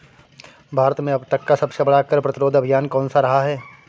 भारत में अब तक का सबसे बड़ा कर प्रतिरोध अभियान कौनसा रहा है?